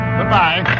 Goodbye